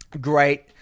great